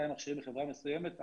200 מכשירים מחברה מסוימת,